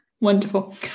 Wonderful